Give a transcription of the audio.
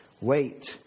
Wait